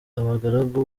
abagaragu